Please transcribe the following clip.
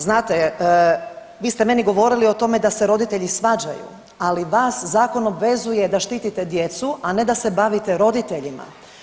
Znate, vi ste meni govorili da se roditelji svađaju, ali vas zakon obvezuje da štitite djecu, a ne da se bavite roditeljima.